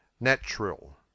Natural